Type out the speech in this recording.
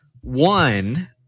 One